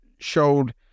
showed